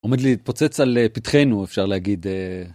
עומד להתפוצץ על פתחינו, אפשר להגיד, אה...